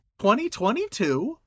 2022